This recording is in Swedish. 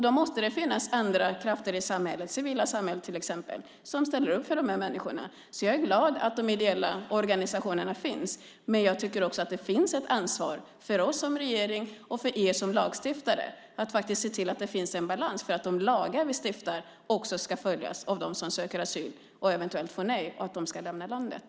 Då måste det finnas andra krafter i samhället, det civila samhället till exempel, som ställer upp för de här människorna, så jag är glad att de ideella organisationerna finns. Men jag tycker också att vi i regeringen och ni lagstiftare har ansvar för att se till att det finns en balans. De lagar vi stiftar ska också följas av dem som söker asyl och eventuellt får nej. De ska då lämna landet.